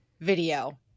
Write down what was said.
video